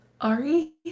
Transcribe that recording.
Ari